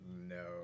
No